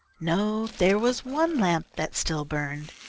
no, there was one lamp that still burned.